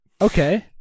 Okay